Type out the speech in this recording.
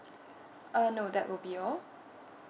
uh no that would be all